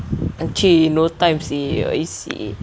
ah !chey! no time seh seh